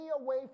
away